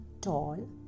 tall